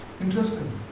Interesting